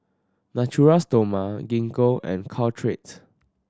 Natura Stoma Gingko and Caltrate